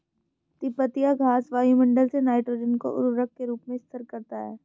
तिपतिया घास वायुमंडल से नाइट्रोजन को उर्वरक के रूप में स्थिर करता है